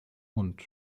und